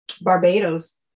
Barbados